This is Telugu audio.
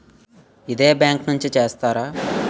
ఇదే బ్యాంక్ నుంచి చేస్తారా?